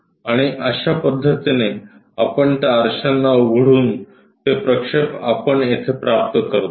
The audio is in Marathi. आणि अश्या पद्धतीने आपण त्या आरशांना उघडून ते प्रक्षेप आपण येथे प्राप्त करतो